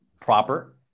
proper